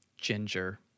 Ginger